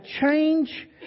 change